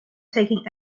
taking